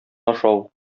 ашау